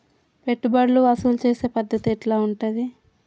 పెట్టుబడులు వసూలు చేసే పద్ధతి ఎట్లా ఉంటది?